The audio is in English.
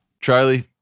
Charlie